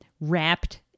wrapped